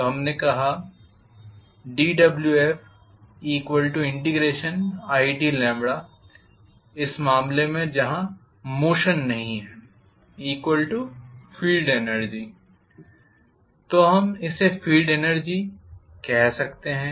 तो हमने कहा dWeid इस मामले में जहां मोशन नहीं है फील्ड एनर्जी तो हम इसे फील्ड एनर्जी सकते हैं